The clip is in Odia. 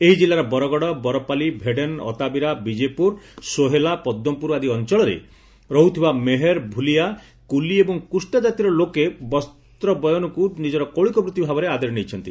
ଏହି ଜିଲ୍ଲାର ବରଗଡ଼ ବରପାଲି ଭେଡ଼େନ ଅତାବିରା ବିଜେପୁର ସୋହେଲା ପଦ୍କପୁର ଆଦି ଅଂଚଳରେ ରହୁଥିବା ମେହେର ଭୁଲିଆ କୁଲି ଏବଂ କୁଷ୍ଟା କାତିର ଲୋକେ ବସ୍ତ ବୟନକୁ ନିଜର କୌଳିକ ବୃତି ଭାବରେ ଆଦରି ନେଇଛନ୍ତି